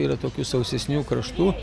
yra tokių sausesnių kraštų